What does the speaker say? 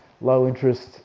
low-interest